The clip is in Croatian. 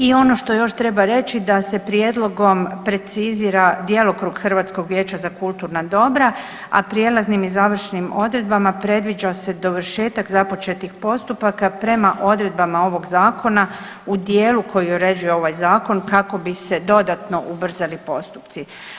I ono što još treba reći da se prijedlogom precizira djelokrug Hrvatskog vijeća za kulturna dobra, a prijelaznim i završnim odredbama predviđa se dovršetak započetih postupaka prema odredbama ovog zakona u dijelu koji uređuje ovaj zakon kako bi se dodatno ubrzali postupci.